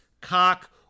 cock